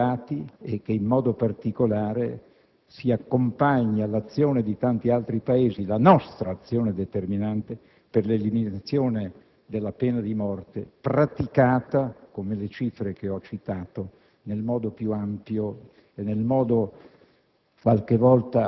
vengano liberate e, in modo particolare, si accompagni all'azione di tanti altri Paesi la nostra azione determinante per l'eliminazione della pena di morte praticata, come si evince dalle cifre che ho citato, nel modo più ampio e talvolta